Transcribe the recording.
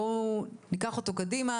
בואו ניקח אותו קדימה,